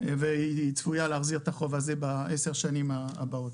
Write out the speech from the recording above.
והיא צפויה להחזיר את החוב הזה בעשר שנים הבאות.